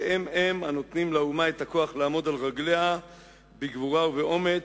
שהם הם הנותנים לאומה את הכוח לעמוד על רגליה בגבורה ובאומץ,